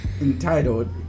entitled